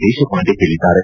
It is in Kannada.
ದೇಶಪಾಂಡೆ ಹೇಳದ್ದಾರೆ